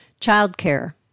childcare